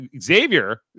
Xavier